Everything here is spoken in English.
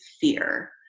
fear